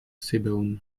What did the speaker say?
sebaoun